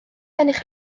gennych